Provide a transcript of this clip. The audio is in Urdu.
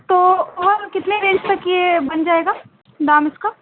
تو اور کتنے رینج تک یہ بن جائے گا دام اس کا